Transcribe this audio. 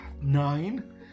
Nine